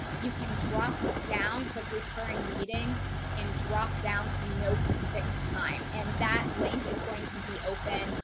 you can drop down. click recurring meeting and drop down to no fixed time and that link is going to be open,